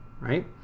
right